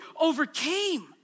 overcame